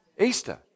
Easter